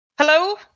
Hello